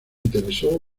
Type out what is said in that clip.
interesó